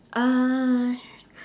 uh